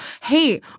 hey